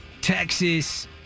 Texas